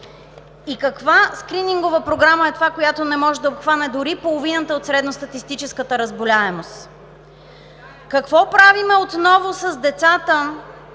и каква скринингова програма е тази, която не може да обхване дори половината от средностатистическата разболяемост? Какво правим отново с децата,